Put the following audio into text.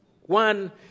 One